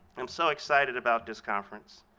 i'm so excited about this conference.